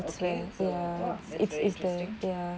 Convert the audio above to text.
okay so !wah! that's very interesting